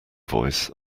voice